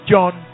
John